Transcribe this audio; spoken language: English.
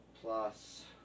plus